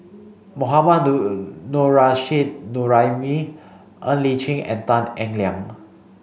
Mohammad Nurrasyid Juraimi Ng Li Chin and Tan Eng Liang